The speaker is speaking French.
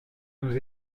nous